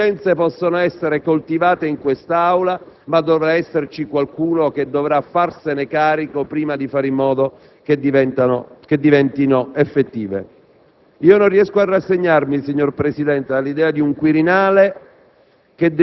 Le indecenze possono essere coltivate in quest'Aula, ma qualcuno dovrà farsene carico prima che diventino effettive. Non riesco a rassegnarmi, signor Presidente, all'idea di un Quirinale